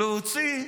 להוציא איש,